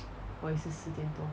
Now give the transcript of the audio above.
我也是十点多